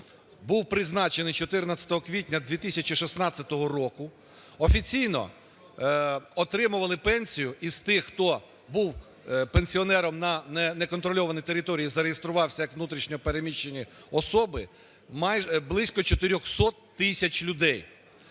був призначений 14 квітня 2016 року, офіційно отримували пенсію із тих, хто був пенсіонером на неконтрольованій території, зареєструвався як внутрішньо переміщені особи, близько 400 тисяч людей.